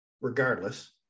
regardless